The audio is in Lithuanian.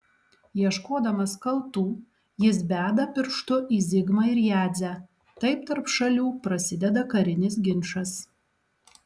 ieškodamas kaltų jis beda pirštu į zigmą ir jadzę taip tarp šalių prasideda karinis ginčas